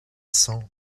cents